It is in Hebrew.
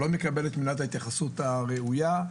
לא מקבל את מנת ההתייחסות הראויה.